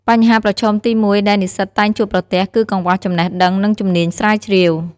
បញ្ហាប្រឈមទីមួយដែលនិស្សិតតែងជួបប្រទះ គឺកង្វះចំណេះដឹង និងជំនាញស្រាវជ្រាវ។